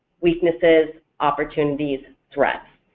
weaknesses, opportunities, threats.